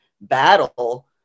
battle